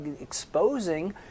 exposing